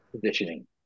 positioning